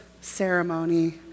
ceremony